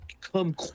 come